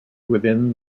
within